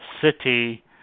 city